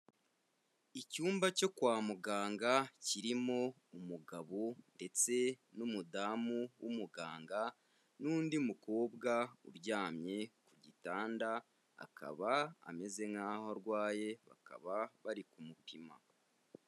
Icyumba cyo kwa muganga kirimo umugabo ndetse n'umudamu w'umuganga n'undi mukobwa uryamye ku gitanda, akaba ameze nk'aho arwaye, bakaba bari ku kumupima.